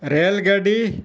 rail ᱜᱟᱹᱰᱤ